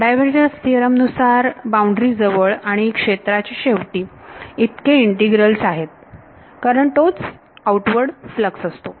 divergence theorem नुसार boundary जवळ आणि क्षेत्राच्या शेवटी इतके इंटीग्रल आहेत कारण तोच आऊटवर्ड फ्लक्स असतो